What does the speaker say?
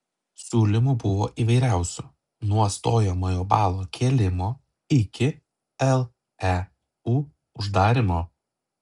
siūlymų buvo įvairiausių nuo stojamojo balo kėlimo iki leu uždarymo